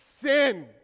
sin